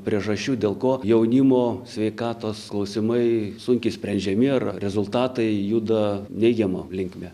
priežasčių dėl ko jaunimo sveikatos klausimai sunkiai sprendžiami ar rezultatai juda neigiama linkme